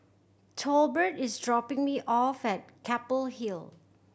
Tolbert is dropping me off at Keppel Hill